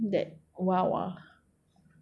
because it was just chicken